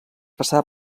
passà